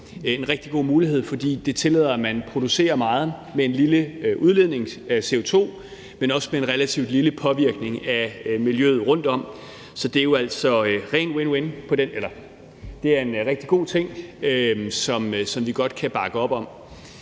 en rigtig god mulighed, fordi det tillader, at man producerer meget med en lille udledning af CO2, men også med en relativt lille påvirkning af miljøet rundtom. Så det er jo altså rent win-win. Det er en rigtig god ting, som vi godt kan bakke op om.